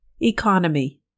Economy